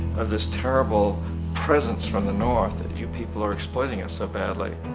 of this terrible presence from the north. you people are exploiting us so badly.